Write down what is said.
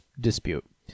dispute